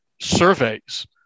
surveys